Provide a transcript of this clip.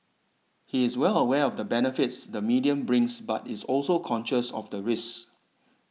he is well aware of the benefits the medium brings but is also conscious of the risks